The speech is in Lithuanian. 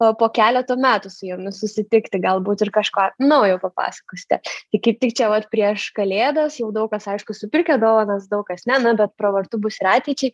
o po keleto metų su jumis susitikti galbūt ir kažką naujo papasakosite tai kaip tik čia vat prieš kalėdas jau daug kas aišku supirkę dovanas daug kas ne na bet pravartu bus ir ateičiai